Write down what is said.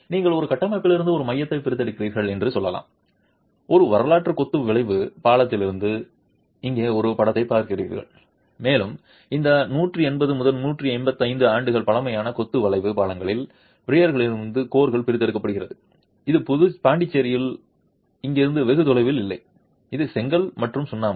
நீங்கள் ஒரு கட்டமைப்பிலிருந்து ஒரு மையத்தை பிரித்தெடுக்கிறீர்கள் என்று சொல்லலாம் ஒரு வரலாற்று கொத்து வளைவு பாலத்திலிருந்து இங்கே ஒரு படத்தைப் பார்க்கிறீர்கள் மேலும் இந்த 180 185 ஆண்டு பழமையான கொத்து வளைவு பாலத்தின் பியர்களிடமிருந்து கோர் பிரித்தெடுக்கப்படுகிறது இது பாண்டிச்சேரியில் இங்கிருந்து வெகு தொலைவில் இல்லை இது செங்கல் மற்றும் சுண்ணாம்பு